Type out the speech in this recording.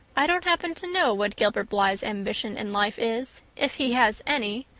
i don't happen to know what gilbert blythe's ambition in life is if he has any,